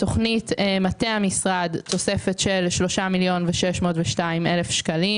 בתוכנית מטה המשרד תוספת של 3,602,000 שקלים